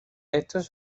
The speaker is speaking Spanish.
estos